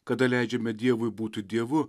kada leidžiame dievui būti dievu